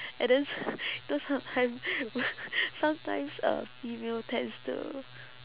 and then you know sometimes sometimes uh female tends to